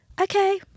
okay